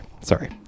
Sorry